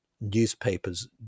newspapers